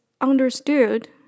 understood